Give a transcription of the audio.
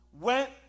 went